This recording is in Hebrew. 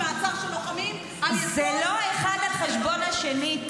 אני בטראומה ממעצר של לוחמים --- זה לא אחד על חשבון השני,